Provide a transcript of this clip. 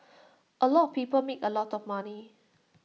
A lot of people made A lot of money